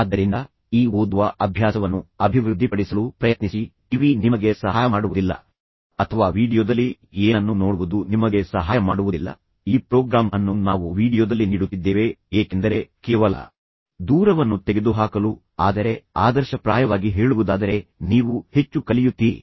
ಆದ್ದರಿಂದ ಈ ಓದುವ ಅಭ್ಯಾಸವನ್ನು ಅಭಿವೃದ್ಧಿಪಡಿಸಲು ಪ್ರಯತ್ನಿಸಿ ಟಿವಿ ನಿಮಗೆ ಸಹಾಯ ಮಾಡುವುದಿಲ್ಲ ಅಥವಾ ವೀಡಿಯೊದಲ್ಲಿ ಏನನ್ನೂ ನೋಡುವುದು ನಿಮಗೆ ಸಹಾಯ ಮಾಡುವುದಿಲ್ಲ ಈ ಪ್ರೋಗ್ರಾಂ ಅನ್ನು ನಾವು ವೀಡಿಯೊದಲ್ಲಿ ನೀಡುತ್ತಿದ್ದೇವೆ ಏಕೆಂದರೆ ಕೇವಲ ದೂರವನ್ನು ತೆಗೆದುಹಾಕಲು ಆದರೆ ಆದರ್ಶಪ್ರಾಯವಾಗಿ ಹೇಳುವುದಾದರೆ ನೀವು ಹೆಚ್ಚು ಕಲಿಯುತ್ತೀರಿ